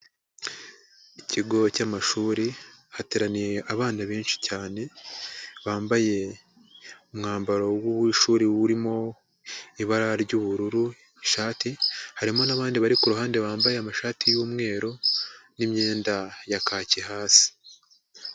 Ikigo cy'amashuri hateraniye abana benshi cyane, bambaye umwambaro w'ishuri urimo ibara ry'ubururu ishati. Harimo n'abandi bari ku ruhande bambaye amashati y'umweru n'imyenda ya kaki hasi.